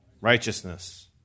Righteousness